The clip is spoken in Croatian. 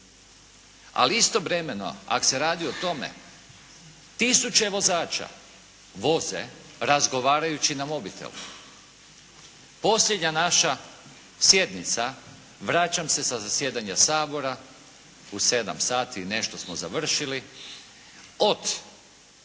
Ali istovremeno ako se radi o tome tisuće vozača voze razgovarajući na mobitel. Posljednja naša sjednica vraćam se sa zasjedanja Sabora u sedam sati i nešto smo završili od